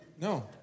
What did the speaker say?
no